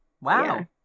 Wow